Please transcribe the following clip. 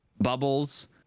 bubbles